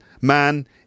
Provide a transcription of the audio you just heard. man